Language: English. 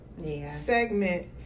segment